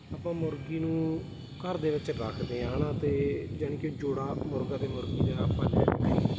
ਆਪਾਂ ਮੁਰਗੀ ਨੂੰ ਘਰ ਦੇ ਵਿੱਚ ਰੱਖਦੇ ਹਾਂ ਹੈ ਨਾ ਅਤੇ ਜਾਣੀ ਕਿ ਜੋੜਾ ਮੁਰਗਾ ਅਤੇ ਮੁਰਗੀ ਜਿਹੜਾ ਆਪਾਂ ਲਿਆ